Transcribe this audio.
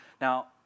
Now